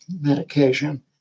medication